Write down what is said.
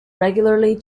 regularly